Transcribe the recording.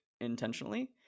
intentionally